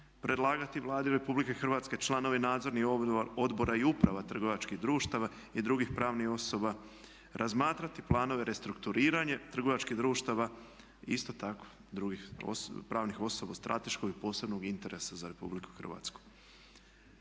predlagati Vladi Republike Hrvatske članove nadzornih odbora i uprava trgovačkih društava i drugih pravnih osoba, razmatrati planove restrukturiranja trgovačkih društava isto tako drugih pravnih osoba od strateškog i posebnog interesa za Republiku Hrvatsku.